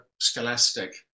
scholastic